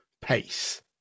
pace